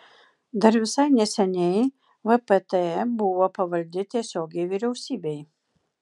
dar visai neseniai vpt buvo pavaldi tiesiogiai vyriausybei